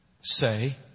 say